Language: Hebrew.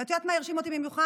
ואת יודעת מה הרשים אותי במיוחד?